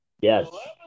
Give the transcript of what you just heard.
Yes